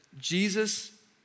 Jesus